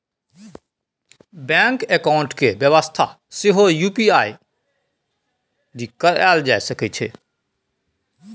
bank account केर बेबस्था सेहो यु.पी.आइ आइ.डी कएल जा सकैए